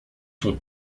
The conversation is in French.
sont